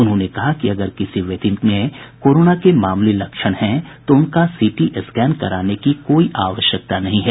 उन्होंने कहा कि अगर किसी व्यक्ति में कोरोना के मामूली लक्षण हैं तो उनका सीटी स्कैन कराने की कोई आवश्यकता नहीं है